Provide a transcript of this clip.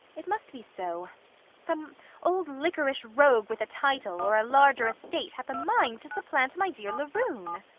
it must be so some old liquorish rogue with a title, or a larger estate hath a mind to supplant my dear laroon.